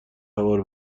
هوار